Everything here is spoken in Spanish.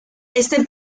este